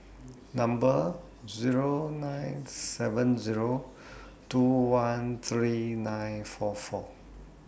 Number Zero nine seven two one three nine four four